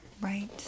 Right